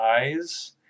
eyes